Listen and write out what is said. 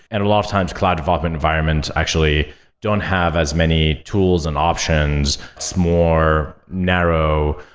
and a lot of time cloud development environments actually don't have as many tools and options. it's more narrow.